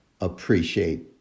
appreciate